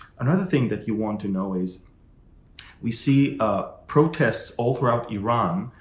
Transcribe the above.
another thing that you want to know is we see ah protests all throughout iran,